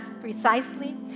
precisely